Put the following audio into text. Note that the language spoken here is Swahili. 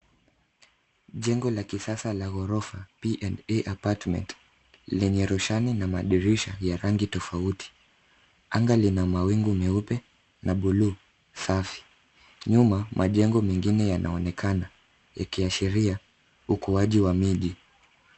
Jengo la kisasa la ghorofa B&A Apartment yenye rushani na madirisha ya rangi tofauti. Anga lina mawingu meupe na bluu safi. Nyuma majengo mengine yanaonekana yakiashiria ukuaji wa miji.